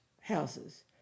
houses